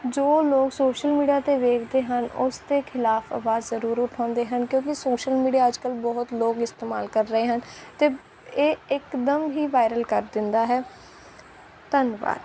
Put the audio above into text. ਜੋ ਲੋਕ social media 'ਤੇ ਵੇਖਦੇ ਹਨ ਉਸ ਦੇ ਖਿਲਾਫ਼ ਆਵਾਜ਼ ਜ਼ਰੂਰ ਉਠਾਉਂਦੇ ਹਨ ਕਿਉਂਕਿ ਸੋਸ਼ਲ ਮੀਡੀਆ ਅੱਜ ਕੱਲ੍ਹ ਬਹੁਤ ਲੋਕ ਇਸਤੇਮਾਲ ਕਰ ਰਹੇ ਹਨ ਅਤੇ ਇਹ ਇੱਕਦਮ ਹੀ ਵਾਇਰਲ ਕਰ ਦਿੰਦਾ ਹੈ ਧੰਨਵਾਦ